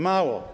Mało.